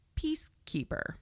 peacekeeper